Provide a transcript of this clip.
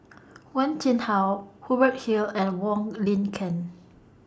Wen Jinhua Hubert Hill and Wong Lin Ken